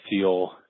feel